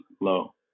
low